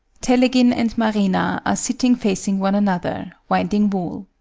telegin and marina are sitting facing one another, winding wool.